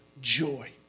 joy